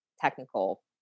technical